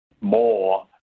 more